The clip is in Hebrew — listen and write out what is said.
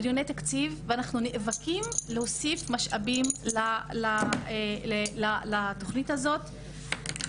אנחנו בדיוני תקציב ואנחנו נאבקים להוסיף משאבים לתוכנית הזאת.